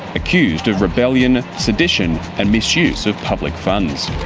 accused of rebellion, sedition and misuse of public funds.